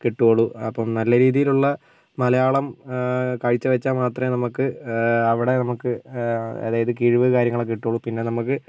കിട്ടുള്ളൂ അപ്പം നല്ല രീതിയിലുള്ള മലയാളം കാഴ്ചവെച്ചാൽ മാത്രമേ നമുക്ക് അവിടെ നമുക്ക് അതായത് ഒരു കിഴിവ് കാര്യങ്ങളൊക്കെ കിട്ടുള്ളൂ പിന്നെ നമുക്ക്